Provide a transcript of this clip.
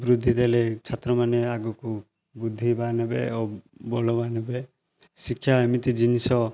ବୃଦ୍ଧି ଦେଲେ ଛାତ୍ରମାନେ ଆଗକୁ ବୁଦ୍ଧିବାନ ହେବେ ଆଉ ବଳବାନ ହେବେ ଶିକ୍ଷା ଏମିତି ଜିନିଷ